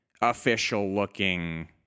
official-looking